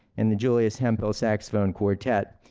and the julius hemphill saxophone quartet,